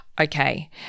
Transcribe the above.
Okay